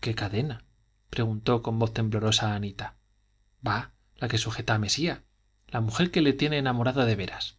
qué cadena preguntó con voz temblorosa anita bah la que sujeta a mesía la mujer que le tiene enamorado de veras